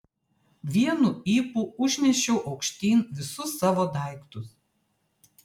vienu ypu užnešiau aukštyn visus savo daiktus